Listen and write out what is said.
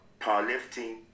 powerlifting